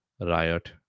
riot